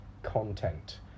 content